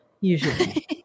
usually